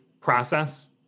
process